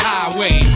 Highway